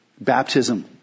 baptism